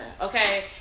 Okay